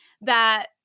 that-